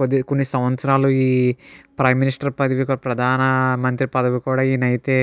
కొద్ది కొన్ని సంవత్సరాలు ఈ ప్రైమ్ మినిష్టర్ పదవి ప్రధాన మంత్రి పదవి కూడా ఈయన అయితే